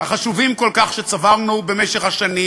החשובים כל כך שצברנו במשך השנים.